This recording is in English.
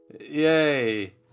Yay